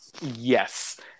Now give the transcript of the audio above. Yes